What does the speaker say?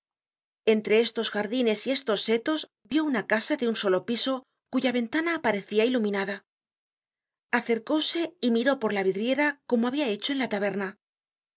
entre estos jardines y estos setos vió una casa de un solo piso cuya ventana aparecia iluminada acercóse y miró por la vidriera como habia hecho en la taberna